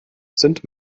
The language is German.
sind